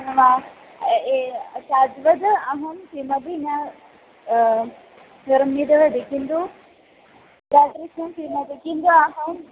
मास् ए तद्वद् अहं किमपि न करोमि दहति किन्तु तादृशं किमपि किन्तु अहं